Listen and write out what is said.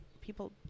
people